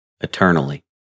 eternally